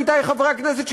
עמיתי חברי הכנסת,